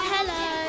Hello